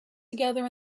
together